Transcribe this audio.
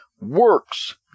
Works